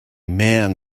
mann